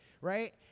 right